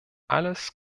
alles